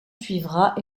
suivra